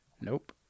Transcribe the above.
Nope